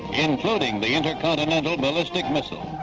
including the intercontinental ballistic missile.